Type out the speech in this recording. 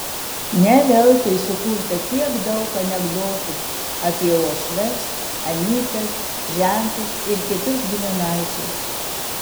ne veltui sukurta tiek daug anekdotų apie uošves anytas žentus ir kitus giminaičius